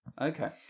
Okay